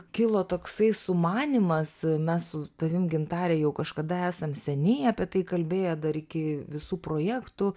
kilo toksai sumanymas mes su tavim gintare jau kažkada esam seniai apie tai kalbėję dar iki visų projektų